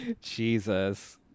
Jesus